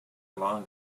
along